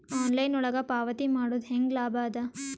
Online ಒಳಗ ಪಾವತಿ ಮಾಡುದು ಹ್ಯಾಂಗ ಲಾಭ ಆದ?